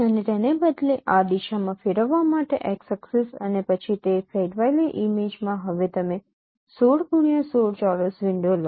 અને તેને બદલે આ દિશામાં ફેરવવા માટે x ઍક્સિસ અને પછી તે ફેરવાયેલી ઇમેજમાં હવે તમે 16x16 ચોરસ વિન્ડો લો